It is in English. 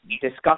discuss